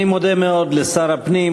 אני מודה מאוד לשר הפנים,